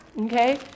okay